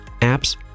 Apps